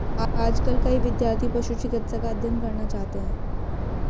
आजकल कई विद्यार्थी पशु चिकित्सा का अध्ययन करना चाहते हैं